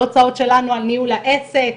לא הוצאות שלנו על ניהול העסק.